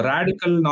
Radical